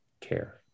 care